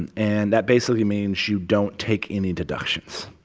and and that basically means you don't take any deductions.